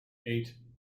eight